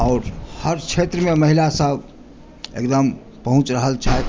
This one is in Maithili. आओर हर क्षेत्रमे महिला सभ एकदम पहुँच रहल छथि